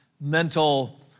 mental